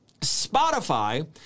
Spotify